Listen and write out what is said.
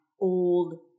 old